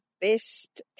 best